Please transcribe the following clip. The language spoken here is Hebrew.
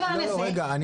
רגע,